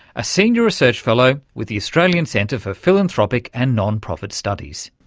a senior research fellow with the australian centre for philanthropic and non-profit studies.